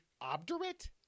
Obdurate